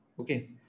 Okay